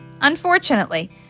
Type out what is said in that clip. Unfortunately